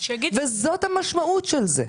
וזאת המשמעות של זה.